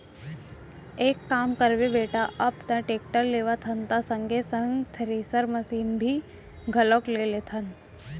एक काम करबे बेटा अब टेक्टर लेवत हन त संगे संग थेरेसर मसीन ल घलौ ले लेथन